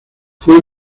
fue